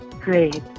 great